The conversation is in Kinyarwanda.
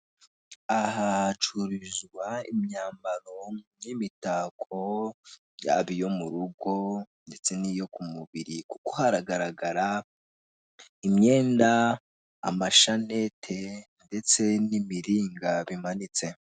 Aha hacururirizwa imyambaro n'imitako yaba iyo mu rugo ndetse n'iyo ku mubiri kuko haragaragara imyenda, amashati ndetse n'imiringa bimanitse,